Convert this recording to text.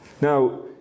Now